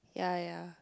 ya ya ya